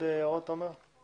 יש